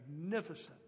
magnificent